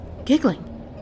giggling